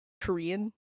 Korean